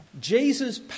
Jesus